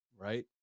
right